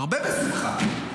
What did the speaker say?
מרבה בשמחה.